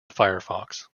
firefox